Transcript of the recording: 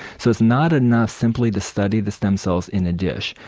so it's not enough simply to study the stem cells in a dish,